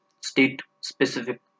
state-specific